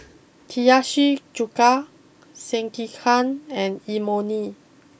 Hiyashi Chuka Sekihan and Imoni